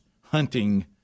hunting